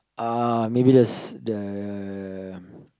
uh maybe there's the